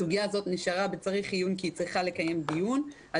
הסוגיה הזו נשארה בצריך עיון כי יש לקיים דיון בה.